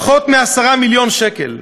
פחות מ-10 מיליון שקל.